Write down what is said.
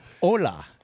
Hola